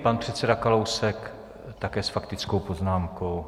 Pan předseda Kalousek také s faktickou poznámkou.